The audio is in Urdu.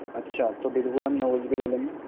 اچھا تو بالکل ہم ناولس بھی لے لیں گے